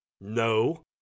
No